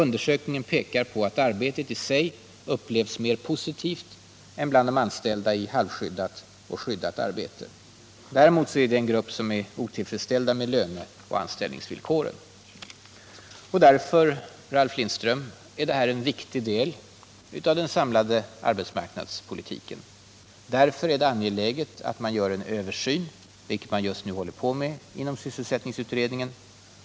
Undersökningen pekar på att arbetet i sig upplevs mer positivt än bland de anställda i halvskyddat och skyddat arbete. Däremot finns en grupp som är otillfredsställd med löner och anställningsvillkor. Därför, Ralf Lindström, är detta en viktig del av den samlade arbetsmarknadspolitiken. Därför är det angeläget att man gör en översyn — vilket man just nu håller på med inom sysselsättningsutredningen.